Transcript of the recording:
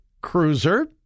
Cruiser